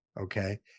Okay